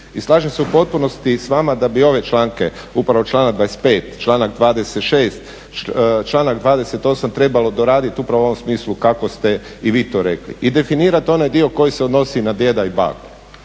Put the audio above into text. I slažem se u potpunosti s vama da bi ove članke, upravo članak 25., članak 26., članak 28. trebalo doradit upravo u ovom smislu kako ste i vi to rekli i definirat onaj dio koji se odnosi na djeda i baku.